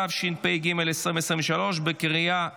התשפ"ג 2023, בקריאה ראשונה.